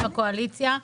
עם הקואליציה,